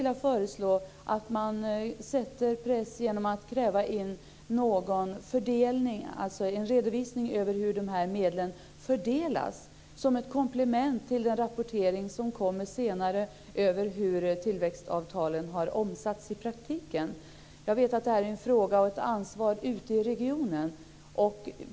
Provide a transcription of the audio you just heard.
Jag föreslår att man sätter press genom att kräva in en redovisning av hur de här medlen fördelas som ett komplement till den rapportering över hur tillväxtavtalen har omsatts i praktiken som kommer senare. Jag vet att detta är en fråga och ett ansvar för regionerna.